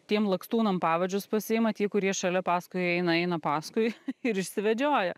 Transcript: tiem lakstūnam pavadžius pasiima tie kurie šalia paskui eina eina paskui ir išsivedžioja